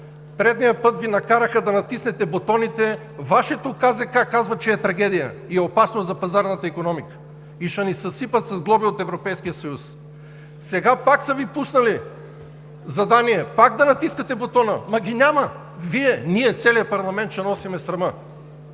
Предния път Ви накараха да натиснете бутоните. Вашето КЗК казва, че е трагедия и е опасно за пазарната икономика и ще ни съсипят с глоби от Европейския съюз. Сега пак са Ви пуснали задание – пак да натискате бутона, ама ги няма. Вие, ние, целият парламент ще носим срама.